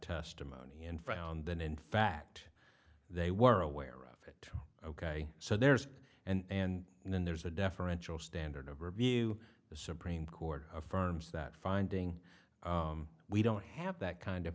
testimony and frowned then in fact they were aware of it ok so there's and and then there's a deferential standard of review the supreme court affirms that finding we don't have that kind of